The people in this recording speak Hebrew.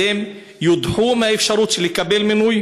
אז הם יודחו מהאפשרות של לקבל מינוי?